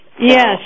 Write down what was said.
Yes